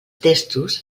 testos